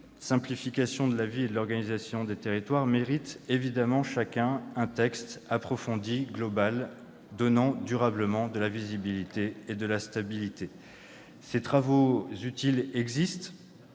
simplification de la vie et de l'organisation des territoires, méritent évidemment, chacun, un texte approfondi, global, donnant durablement de la visibilité et de la stabilité. Ces travaux utiles existent.